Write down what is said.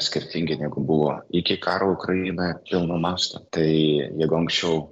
skirtingi negu buvo iki karo ukrainoje pilno masto tai jeigu anksčiau